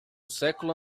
século